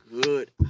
good